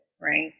right